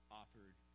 offered